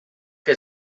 que